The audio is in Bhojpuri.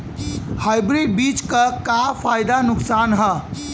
हाइब्रिड बीज क का फायदा नुकसान ह?